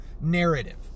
narrative